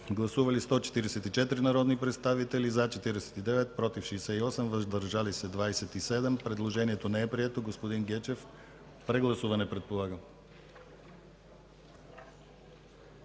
Гласували 144 народни представители: за 49, против 68, въздържали се 27. Предложението не е прието. Господин Гечев – прегласуване.